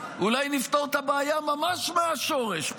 אולי נפתור את הבעיה ממש מהשורש,